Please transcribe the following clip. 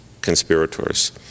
conspirators